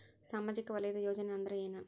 ಸಾಮಾಜಿಕ ವಲಯದ ಯೋಜನೆ ಅಂದ್ರ ಏನ?